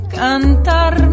cantar